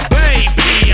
baby